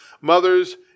mothers